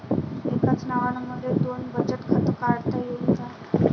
एकाच नावानं मले दोन बचत खातं काढता येईन का?